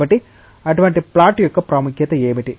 కాబట్టి అటువంటి ప్లాట్ యొక్క ప్రాముఖ్యత ఏమిటి